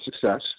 success